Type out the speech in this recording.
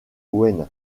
wayne